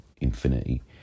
infinity